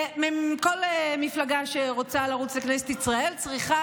כל מפלגה שרוצה לרוץ לכנסת ישראל צריכה